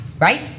right